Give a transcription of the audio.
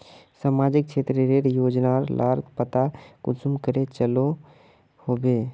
सामाजिक क्षेत्र रेर योजना लार पता कुंसम करे चलो होबे?